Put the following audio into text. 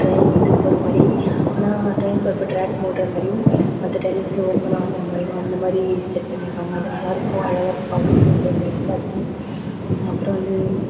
train வந்து போகிற மாதிரியும் ட்ரெயின் போகிறப்ப ட்ராக் மூடுற மாதிரியும் மற்ற டையமுத்துல ஓப்பன் ஆகுற மாதிரியும் அந்த மாதிரி செட் பண்ணிருப்பாங்க அது நல்லாயிருக்கும் அழகாக இருக்கும் பார்க்கவே ஒரு பிரமிப்பாக இருக்கும் அப்புறம் வந்து